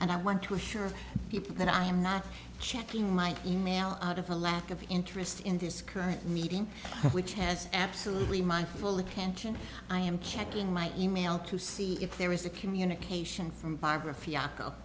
and i want to assure you that i am not checking my email out of a lack of interest in this current meeting which has absolutely my full attention i am checking my e mail to see if there is a communication from barbara fiasco